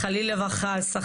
חלילה וחס,